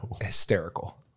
hysterical